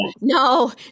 no